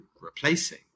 replacing